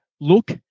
look